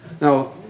Now